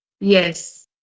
yes